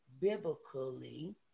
biblically